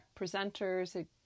presenters